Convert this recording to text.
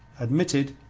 admitted,